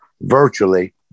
virtually